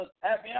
happy